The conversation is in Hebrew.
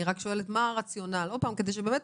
אני רק שואלת מה הרציונל, עוד פעם כדי שבאמת